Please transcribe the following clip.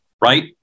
right